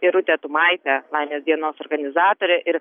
irutė tumaitė laimės dienos organizatorė ir